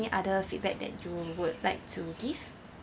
other feedback that you would like to give